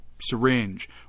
syringe